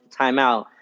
timeout